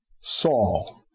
Saul